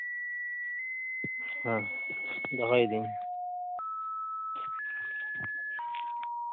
ᱦᱮᱸ ᱫᱚᱦᱚᱭᱤᱫᱟᱹᱧ